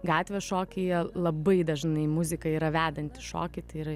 gatvės šokyje labai dažnai muzika yra vedanti šokį tai yra